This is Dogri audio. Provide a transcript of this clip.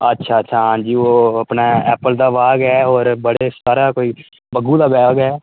अच्छा अच्छा आं जी ओह् ऐप्पल दा बाग ऐ ओह् बड़े सारा बग्गू दा बाग ऐ